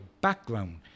background